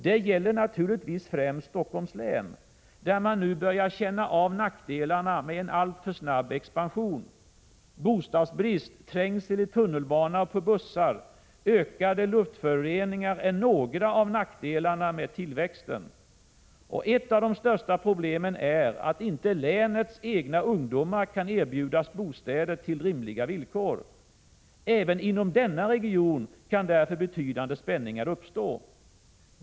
Detta gäller naturligtvis främst Stockholms län, där man nu börjar känna av nackdelarna med en alltför snabb expansion. Bostadsbrist, trängsel i tunnelbana och på bussar, ökade luftföroreningar är några av nackdelarna med tillväxten. Ett av de största problemen är att länets egna ungdomar inte kan erbjudas bostäder till rimliga villkor. Även inom denna region kan därför betydande spänningar uppstå.